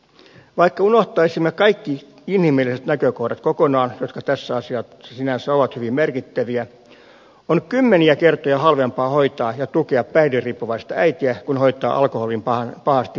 vaikka unohtaisimme kokonaan kaikki inhimilliset näkökohdat jotka tässä asiassa sinänsä ovat hyvin merkittäviä on kymmeniä kertoja halvempaa hoitaa ja tukea päihderiippuvaista äitiä kuin hoitaa alkoholin pahasti vammauttamaa lasta